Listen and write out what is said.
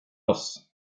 oss